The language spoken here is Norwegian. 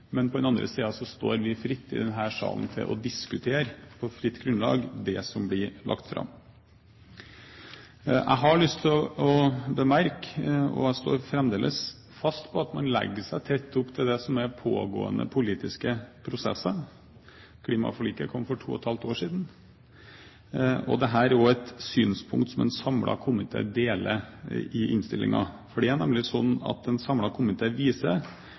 Men på den andre siden står vi fritt i denne salen til å diskutere på et fritt grunnlag det som blir lagt fram. Jeg har lyst til å bemerke, og jeg står fremdeles fast på, at man legger seg tett opp til det som er pågående politiske prosesser. Klimaforliket kom for to og et halvt år siden. Dette er også et synspunkt som en samlet komité deler i innstillingen. Det er nemlig sånn at en samlet komité viser